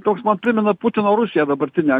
toks man primena putino rusiją dabartinę